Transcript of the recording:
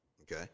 Okay